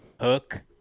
Hook